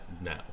now